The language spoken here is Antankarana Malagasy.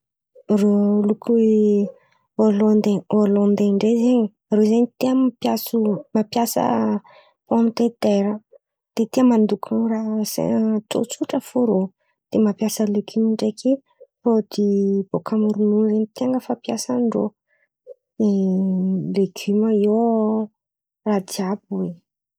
Rô loky Holandy Holondy ndray zen̈y, rô zen̈y tia mampiaso mampiasa pômy de tera. De tia mandoky raha sain tsotsotra fo rô. De mampiasa legioma ndreky pirôdÿ bòka amy ronono zen̈y ten̈a fampiasan-drô. Legioma iô raha jiàby oe.